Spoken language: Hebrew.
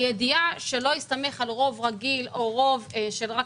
הידיעה שלא להסתמך על רוב רגיל או רוב של רק